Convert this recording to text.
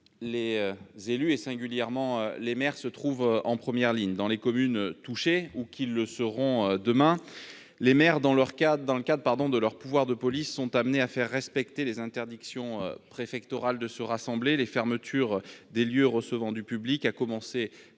les élus et, singulièrement, les maires se trouvent en première ligne. Dans les communes touchées, ou qui le seront demain, les maires, dans le cadre de leurs pouvoirs de police, sont amenés à faire respecter les interdictions préfectorales de rassemblement et les fermetures des lieux recevant du public, à commencer par les